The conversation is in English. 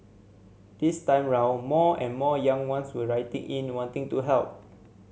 this time round more and more young ones were writing in wanting to help